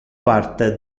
parte